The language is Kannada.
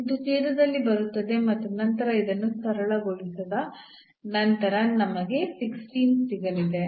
ಇದು ಛೇದದಲ್ಲಿ ಬರುತ್ತದೆ ಮತ್ತು ನಂತರ ಇದನ್ನು ಸರಳಗೊಳಿಸಿದ ನಂತರ ನಮಗೆ 16 ಸಿಗಲಿದೆ